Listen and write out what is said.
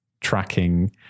tracking